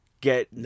get